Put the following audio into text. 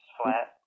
flat